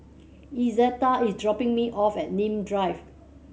Izetta is dropping me off at Nim Drive